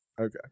Okay